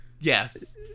Yes